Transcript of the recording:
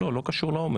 לא, זה לא קשור לעומס.